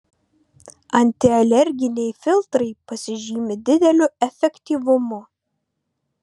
antialerginiai filtrai pasižymi dideliu efektyvumu